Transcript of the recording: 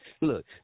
Look